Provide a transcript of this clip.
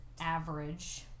average